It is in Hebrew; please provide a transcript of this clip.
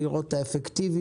לראות את האפקטיביות,